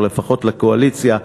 או לפחות לקואליציה,